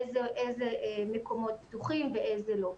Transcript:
איזה מקומות פתוחים ואיזה לא.